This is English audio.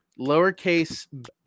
lowercase